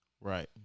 Right